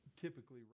typically